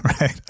right